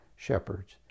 Shepherds